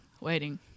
waiting